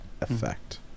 effect